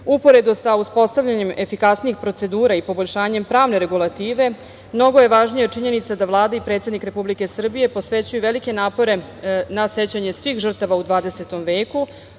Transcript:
Srbije. Uporedno sa uspostavljanjem efikasnijih procedura i poboljšanjem pravne regulative mnogo je važnija činjenica da Vlada i predsednik Republike Srbije posvećuje velike napore na sećanje svih žrtava u 20. veku,